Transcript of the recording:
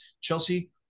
Chelsea